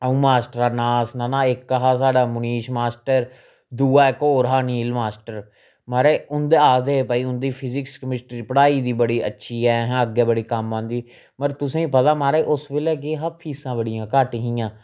अ'ऊं मास्टर नांऽ सनाना इक हा साढ़ा मुनीश मास्टर दूआ इक होर हा नील मास्टर महाराज उंदे आखदे हे भाई उं'दी फजिक्स कमिस्ट्री पढ़ाई दी बड़ी अच्छी ऐ अहें अग्गें बड़े कम्म आंदी पर तुसें गी पता महाराज उस बेल्लै केह् हा फीसां बड़ियां घट्ट हियां